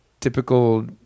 Typical